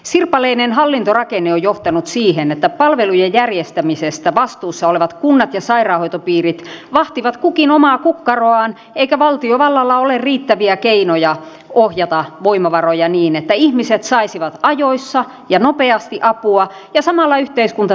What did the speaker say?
sirpaleinen hallintorakenne on johtanut siihen että palvelujen järjestämisestä vastuussa olevat kunnat ja sairaanhoitopiirit vahtivat kukin omaa kukkaroaan eikä valtiovallalla ole riittäviä keinoja ohjata voimavaroja niin että ihmiset saisivat ajoissa ja nopeasti apua ja samalla yhteiskunta säästäisi menoissa